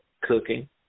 cooking